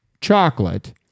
Chocolate